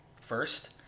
First